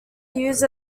used